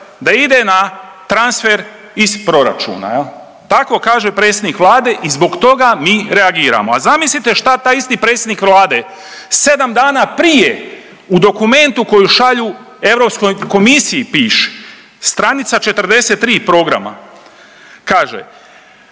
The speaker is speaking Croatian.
da ide na transfer iz proračuna jel, tako kaže predsjednik Vlade i zbog toga mi reagiramo, a zamislite šta taj isti predsjednik Vlade 7 dana prije u dokumentu koji šalju Europskoj komisiji piše, stranica 43 programa kaže,